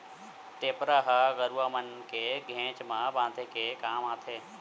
टेपरा ह गरुवा मन के घेंच म बांधे के काम आथे